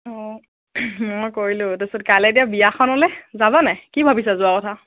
অঁ মই কৰিলো তাৰপিছত কাইলৈ এতিয়া বিয়াখনলৈ যাবা নে কি ভাবিছা যোৱা কথা